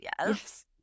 Yes